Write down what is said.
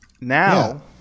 Now